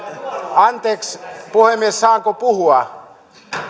anteeksi puhemies saanko puhua